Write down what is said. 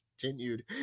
continued